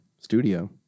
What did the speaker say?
studio